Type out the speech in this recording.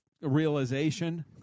realization